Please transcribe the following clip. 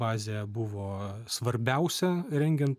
bazė buvo svarbiausia rengiant